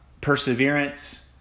perseverance